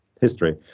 history